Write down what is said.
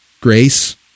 Grace